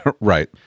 Right